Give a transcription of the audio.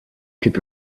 could